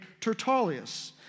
Tertullius